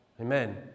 amen